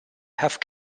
have